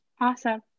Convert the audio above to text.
Awesome